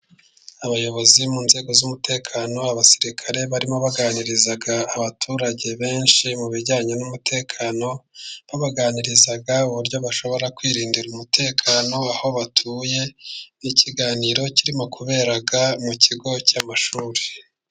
Abayobozi mu nzego z'umutekano, abasirikare barimo baganirizaga abaturage benshi mu bijyanye n'umutekano, babaganiriza uburyo bashobora kwirindira umutekano aho batuye. Ni ikiganiro kirimo kubera mu kigo cy'amashuri.